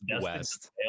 West